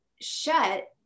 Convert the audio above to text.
shut